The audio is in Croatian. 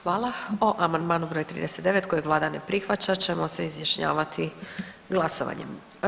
Hvala, o amandmanu broj 39. kojeg vlada ne prihvaća ćemo se izjašnjavati glasovanjem.